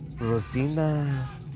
Rosina